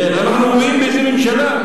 כן, ואנחנו רואים באיזה ממשלה.